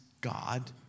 God